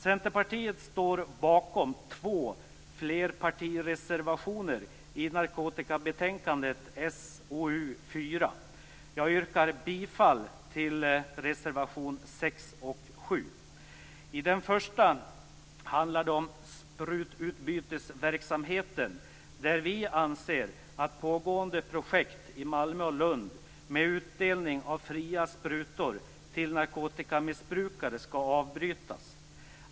Centerpartiet står bakom två flerpartireservationer i narkotikabetänkandet SoU4. Jag yrkar bifall till reservationerna 6 och 7. I den förstnämnda reservationen handlar det om sprututbytesverksamheten, där vi menar att pågående projekt i Malmö och Lund med utdelning av fria sprutor till narkotikamissbrukare skall avbrytas.